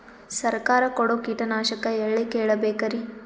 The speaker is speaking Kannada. ಸರಕಾರ ಕೊಡೋ ಕೀಟನಾಶಕ ಎಳ್ಳಿ ಕೇಳ ಬೇಕರಿ?